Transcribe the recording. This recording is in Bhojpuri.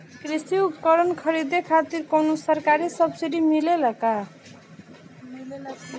कृषी उपकरण खरीदे खातिर कउनो सरकारी सब्सीडी मिलेला की?